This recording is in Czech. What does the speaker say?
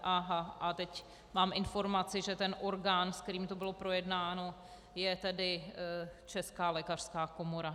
Aha, a teď mám informaci, že ten orgán, se kterým to bylo projednáno, je tedy Česká lékařská komora.